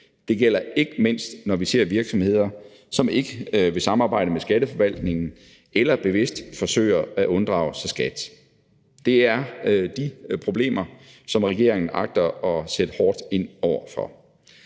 Det gælder ikke mindst, når vi ser virksomheder, som ikke vil samarbejde med Skatteforvaltningen eller bevidst forsøger at unddrage sig skat. Det er de problemer, som regeringen agter at sætte hårdt ind over for.